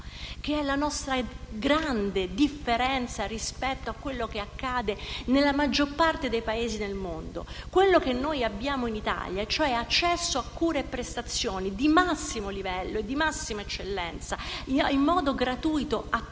che è la nostra grande differenza rispetto a quello che accade nella maggior parte dei Paesi del mondo. Quello che abbiamo in Italia, cioè accesso a cure e a prestazioni di massimo livello e di massima eccellenza in modo gratuito per